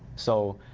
so